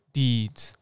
deeds